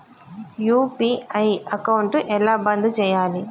UPI account ఎలా బంద్ చేయాలి?